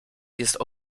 jest